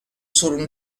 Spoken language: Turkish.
sorunu